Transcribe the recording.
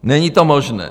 Není to možné.